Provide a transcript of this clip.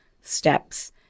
steps